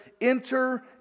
enter